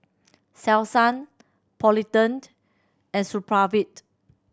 Selsun Polident and Supravit